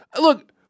Look